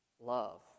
Love